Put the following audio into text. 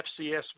FCS